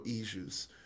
issues